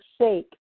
shake